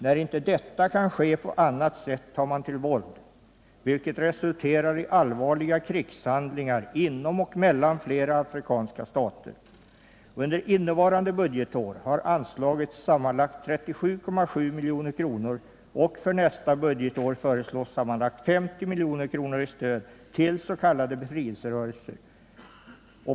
När inte detta kan ske på annat sätt tar man till våld, vilket resulterar i allvarliga krigshandlingar inom och mellan flera afrikanska stater. Under innevarande budgetår har anslagits sammanlagt 37,7 milj.kr., och för nästa budgetår föreslås sammanlagt 50,0 milj.kr. i stöd till s.k. befrielserörelser.